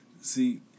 see